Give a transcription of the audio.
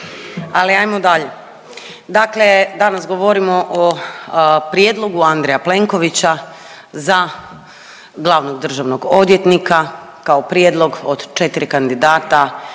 Ali hajmo dalje. Dakle, danas govorimo o prijedlogu Andreja Plenkovića za glavnog državnog odvjetnika, kao prijedlog od 4 kandidata